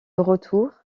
retour